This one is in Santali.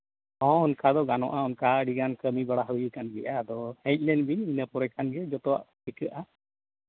ᱦᱚᱸ ᱚᱱᱠᱟ ᱫᱚ ᱜᱟᱱᱚᱜᱼᱟ ᱚᱱᱠᱟ ᱟᱹᱰᱤᱜᱟᱱ ᱜᱮ ᱠᱟᱹᱢᱤ ᱵᱟᱲᱟ ᱦᱩᱭᱟᱠᱟᱱ ᱜᱮᱭᱟ ᱟᱫᱚ ᱦᱮᱡ ᱞᱮᱱᱜᱤᱧ ᱤᱱᱟᱹ ᱯᱚᱨᱮ ᱠᱷᱟᱱ ᱜᱮ ᱡᱚᱛᱚᱣᱟᱜ ᱴᱷᱤᱠᱟᱹᱜᱼᱟ